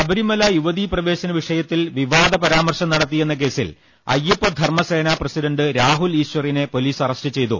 ശബരിമല യുവതീ പ്രവേശന വിഷ്ചയത്തിൽ വിവാദ പരാമർശം നടത്തിയെന്ന കേസിൽ അയ്യപ്പ ധർമ്മസേനാ പ്രസിഡന്റ് രാഹുൽ ഈശ്ചറിനെ പൊലീസ് അറസ്റ്റ് ചെയ്തു